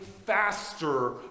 Faster